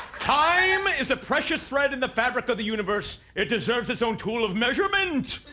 time is a precious thread in the fabric of the universe. it deserves its own tool of measurement!